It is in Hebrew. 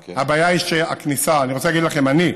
הבעיה היא שהכניסה, אני רוצה להגיד לכם, אני,